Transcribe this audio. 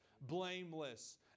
blameless